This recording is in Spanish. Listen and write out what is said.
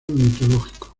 mitológico